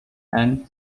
and